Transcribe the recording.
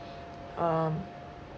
um